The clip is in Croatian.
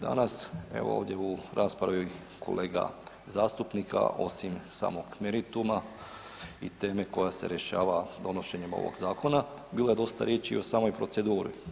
Danas evo ovdje u raspravi kolega zastupnika osim samog merituma i teme koja se rješava donošenjem ovog zakona bilo je dosta riječi i o samoj proceduri.